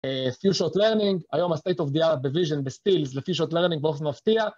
‏few shot learning, היום ‏ה-state of the art ב-vision בסטילס ל-few shot learning באופן מפתיע